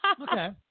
Okay